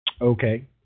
Okay